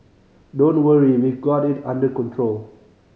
don't worry we've got it under control